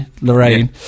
Lorraine